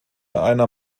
einer